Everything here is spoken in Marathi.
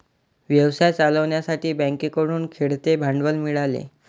व्यवसाय चालवण्यासाठी बँकेकडून खेळते भांडवल मिळाले